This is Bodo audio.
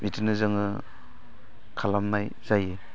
बिदिनो जोङो खालामनाय जायो